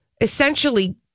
essentially